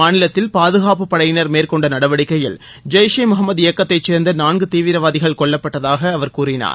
மாநிலத்தில் பாதுகாப்புப்படையினர் மேற்கொண்ட நடவடிக்கையில் ஜெய்ஷ் ஏ முகமது இயக்கத்தைச் சேர்ந்த நான்கு தீவிரவாதிகள் கொல்லப்பட்டதாக அவர் கூறினார்